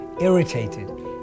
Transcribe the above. irritated